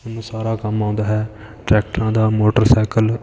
ਮੈਨੂੰ ਸਾਰਾ ਕੰਮ ਆਉਂਦਾ ਹੈ ਟਰੈਕਟਰਾਂ ਦਾ ਮੋਟਰਸਾਈਕਲ